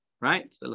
Right